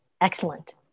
Excellent